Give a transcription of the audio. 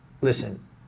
listen